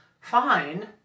fine